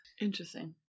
Interesting